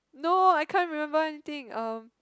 no I can't remember anything uh